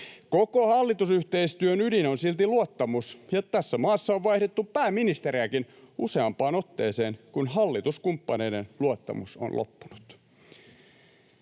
Koko hallitusyhteistyön ydin on silti luottamus, ja tässä maassa on vaihdettu pääministeriäkin useampaan otteeseen, kun hallituskumppaneiden luottamus on loppunut.